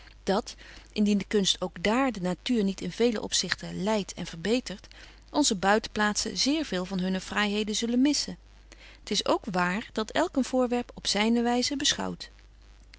dat indien de kunst ook dààr de natuur niet in velen opzichte leidt en verbetert onze buitenplaatzen zeer veel van hunne fraaiheden zullen missen t is ook wààr dat elk een voorwerp op zyne wyze beschouwt